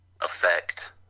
effect